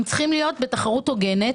הם צריכים להיות בתחרות הוגנת.